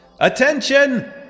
Attention